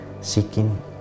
seeking